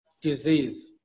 disease